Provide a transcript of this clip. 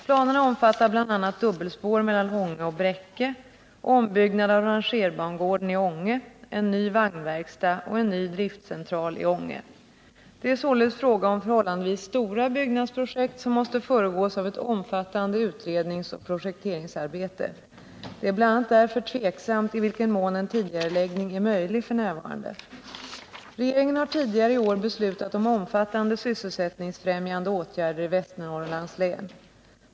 Planerna omfattar bl.a. dubbelspår mellan Ånge och Bräcke, ombyggnad av rangerbangården i Ånge, en ny vagnverkstad och en ny driftcentral i Ånge. Det är således fråga om förhållandevis stora byggnadsobjekt, som måste föregås av ett omfattande utredningsoch projekteringsarbete. Det är bl.a. därför tveksamt i vilken mån en tidigareläggning är möjlig f. n. Regeringen har tidigare i år beslutat om omfattande sysselsättningsfrämjande åtgärder i Västernorrlands län.